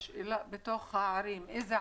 השאלה היא אילו ערים.